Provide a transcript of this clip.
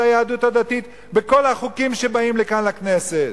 היהדות הדתית בכל החוקים שבאים לכאן לכנסת?